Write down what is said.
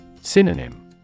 Synonym